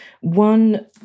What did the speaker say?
one